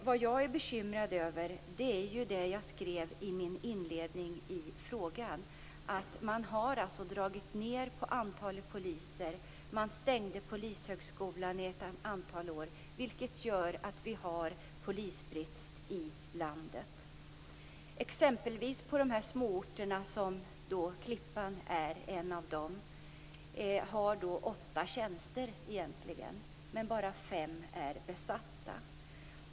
Vad jag är bekymrad över är det jag skrev i min inledning i frågan. Man har alltså dragit ned på antalet poliser. Man stängde Polishögskolan i ett antal år, vilket gör att vi har polisbrist i landet, exempelvis på småorterna. Klippan är en av dem. Man har egentligen åtta tjänster men bara fem är besatta.